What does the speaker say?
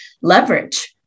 leverage